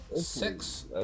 Six